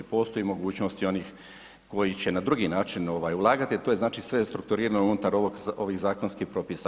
Postoji i mogućnost i onih koji će na drugi način ulagati a to je znači sve strukturirano unutar ovih zakonskih propisa.